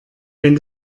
wenn